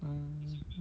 um